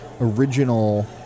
original